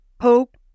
Hope